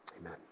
amen